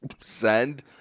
send